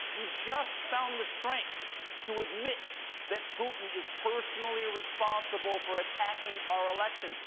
you just found the strength to admit that putin is personally responsible for attacking our election.